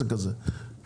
אז העסק הזה לא שווה כלום.